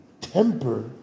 temper